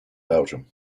belgium